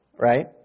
right